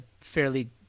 fairly